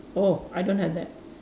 oh I don't have that